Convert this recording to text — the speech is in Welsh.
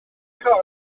siôn